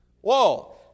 Whoa